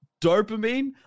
dopamine